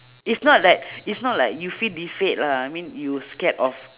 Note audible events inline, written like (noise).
is not (breath) like is not like you feel defeat lah I mean you scared of